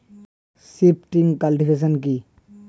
Shifting cultivation কি?